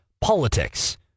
Politics